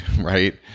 right